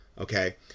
okay